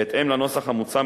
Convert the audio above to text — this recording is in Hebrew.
בהתאם לנוסח המוצע,